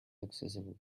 accessible